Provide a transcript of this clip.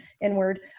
inward